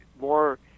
more